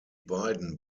beiden